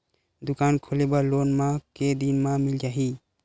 दुकान खोले बर लोन मा के दिन मा मिल जाही?